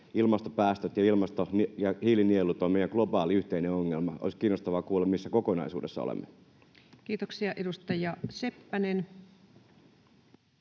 ilmastopäästöt ja ilmasto- ja hiilinielut ovat meidän globaali yhteinen ongelmamme. Olisi kiinnostavaa kuulla, missä kokonaisuudessa olemme. [Speech 15] Speaker: